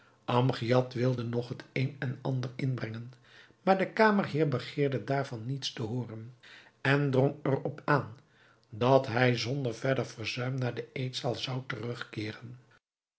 amgiad wilde nog het een en ander inbrengen maar de kamerheer begeerde daarvan niets te hooren en drong er op aan dat hij zonder verder verzuim naar de eetzaal zou terugkeeren